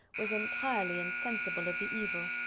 was entirely insensible of the evil.